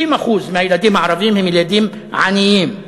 60% מהילדים הערבים הם ילדים עניים.